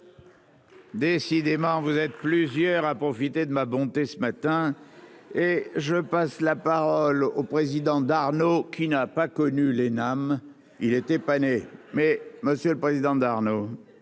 Décidément vous êtes plusieurs à profiter de ma bonté ce matin et je passe la parole au président d'Arnaud qui n'a pas connu les. Il était pas né. Mais monsieur le président d'Arnaud.